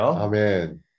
Amen